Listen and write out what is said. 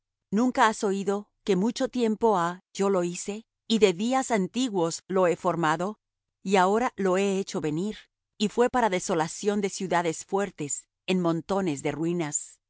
nunca has oído que mucho tiempo ha yo lo hice y de días antiguos lo he formado y ahora lo he hecho venir y fué para desolación de ciudades fuertes en montones de ruinas